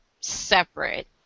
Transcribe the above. separate